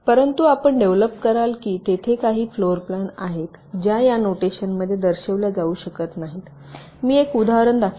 परंतु आपण डेव्हलोप कराल की तेथे काही फ्लोरप्लान आहेत ज्या या नोटेशनमध्ये दर्शविल्या जाऊ शकत नाहीत मी एक उदाहरण दाखवित आहे